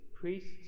priests